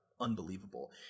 unbelievable